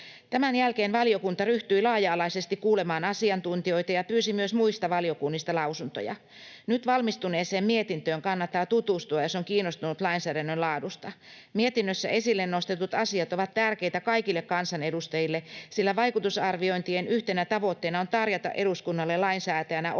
Tämän jälkeen valiokunta ryhtyi laaja-alaisesti kuulemaan asiantuntijoita ja pyysi myös muista valiokunnista lausuntoja. Nyt valmistuneeseen mietintöön kannattaa tutustua, jos on kiinnostunut lainsäädännön laadusta. Mietinnössä esille nostetut asiat ovat tärkeitä kaikille kansanedustajille, sillä vaikutusarviointien yhtenä tavoitteena on tarjota eduskunnalle lainsäätäjänä oikeat